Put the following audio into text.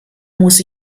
muss